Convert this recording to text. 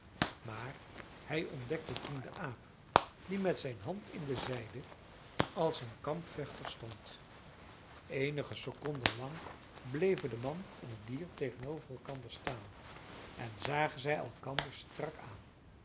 maar hij ontdekte toen den aap die met zijn hand in de zijde als een kampvechter stond eenige seconden lang bleven de man en het dier tegenover elkander staan en zagen zij elkaar strak aan